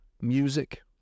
Music